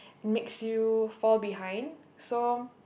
makes you fall behind so